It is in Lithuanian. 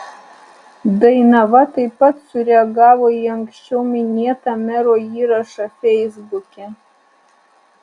dainava taip pat sureagavo į anksčiau minėtą mero įrašą feisbuke